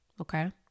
Okay